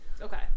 Okay